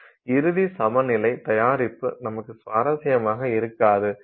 இறுதி சமநிலை தயாரிப்பு நமக்கு சுவாரஸ்யமாக இருக்காது